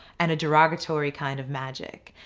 and a derogatory kind of magic.